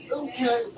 okay